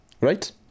right